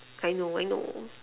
I know I know